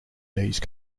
these